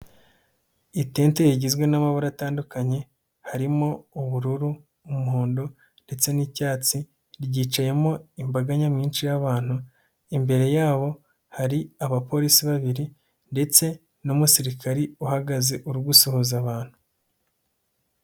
Itente igizwe n'amabara atandukanye harimo: ubururu, umuhondo ndetse n'icyatsi, ryicayemo imbaga nyamwinshi y'abantu, imbere yabo hari abapolisi babiri ndetse n'umusirikari uhagaze uri gusuhuza abantu.